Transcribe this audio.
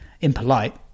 impolite